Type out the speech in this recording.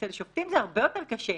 אצל שופטים זה הרבה יותר קשה.